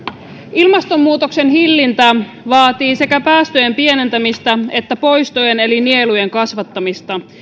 ilmastonmuutoksen hillintä vaatii sekä päästöjen pienentämistä että poistojen eli nielujen kasvattamista